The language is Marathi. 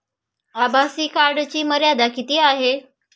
आभासी कार्डची मर्यादा किती आहे?